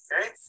Okay